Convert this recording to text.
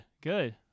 good